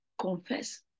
Confess